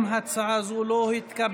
גם הצעה זו לא התקבלה.